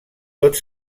tot